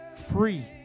free